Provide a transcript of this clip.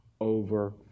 over